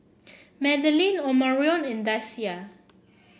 Madelyn Omarion and Deasia